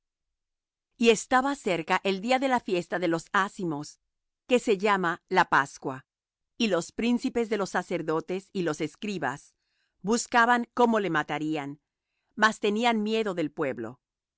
y estaba cerca el día de la fiesta de los ázimos que se llama la pascua y los príncipes de los sacerdotes y los escribas buscaban cómo le matarían mas tenían miedo del pueblo y